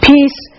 Peace